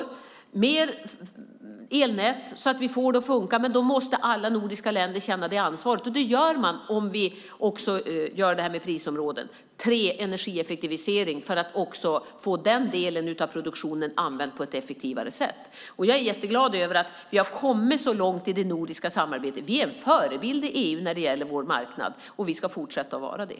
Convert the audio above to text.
Vi ska bygga mer elnät så att vi får det att fungera, men då måste alla nordiska länder känna det ansvaret, och det gör man om vi också inför det här med prisområden. Dessutom behövs en energieffektivisering för att också få delen av produktionen använd på ett effektivare sätt. Jag är jätteglad över att vi har kommit så långt i det nordiska samarbetet. Vi är en förebild i EU när det gäller vår marknad, och vi ska fortsätta att vara det.